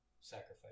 sacrifice